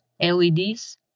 LEDs